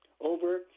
over